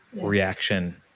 reaction